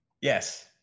Yes